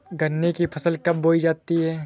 गन्ने की फसल कब बोई जाती है?